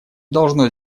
должно